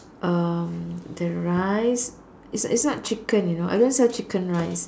um the rice is not is not chicken you know I don't sell chicken rice